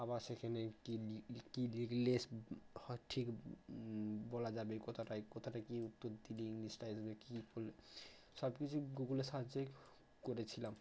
আবার সেখানে কী লিখ লি কী লিখলে হ ঠিক বলা যাবে কথাটায় কথাটায় কী উত্তর দিলে ইংলিশটা আসবে কী কল্লে সব কিছু গুগলে সার্চ করেছিলাম